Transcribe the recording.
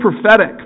prophetic